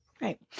Right